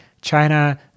China